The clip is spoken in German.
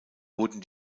wurden